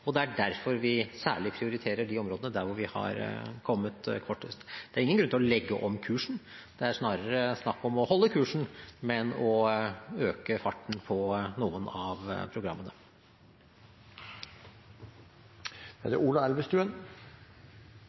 og det er derfor vi særlig prioriterer de områdene hvor vi har kommet kortest. Det er ingen grunn til å legge om kursen. Det er snarere snakk om å holde kursen, men å øke farten på noen av programmene. Jeg tar det